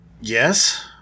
Yes